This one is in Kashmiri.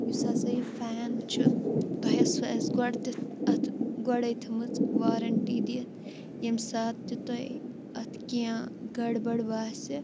یُس ہسا یہِ فین چھُ توہہِ ٲسوٕ اَسہِ گۄڈٕ تہِ اَتھ گۄڈٕے تھٲومٕژ وارنٛٹی دِتھ ییٚمہِ ساتہٕ تہِ تۄہہِ اَتھ کیٚنٛہہ گَڑ بَڑ باسہِ